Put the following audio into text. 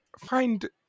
find